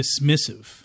dismissive